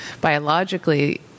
biologically